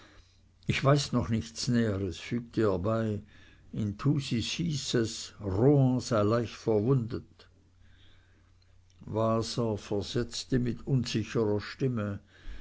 ich weiß noch nichts näheres fügte er bei in thusis hieß es rohan sei leicht verwundet waser versetzte mit unsicherer stimme